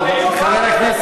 אנחנו פעם אחת,